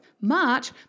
march